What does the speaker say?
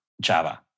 Java